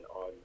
on